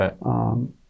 Right